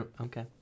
okay